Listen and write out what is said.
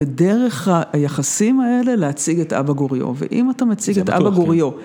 ודרך היחסים האלה להציג את אבא גוריו, ואם אתה מציג את אבא גוריו...